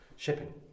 Shipping